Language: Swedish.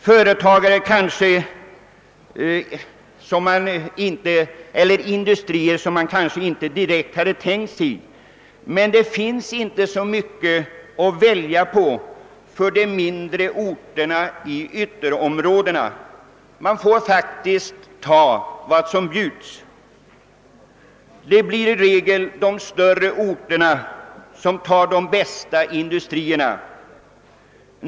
Det kan bli fråga om sådana industrier som man kanske inte direkt har tänkt sig, men för de mindre orterna i ytterområdena finns inte så mycket att välja på. De får faktiskt ta vad som bjuds. I regel blir det de större orterna som får de bästa industrierna.